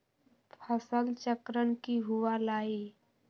फसल चक्रण की हुआ लाई?